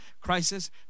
crisis